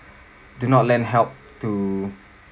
did not lend help to